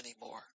anymore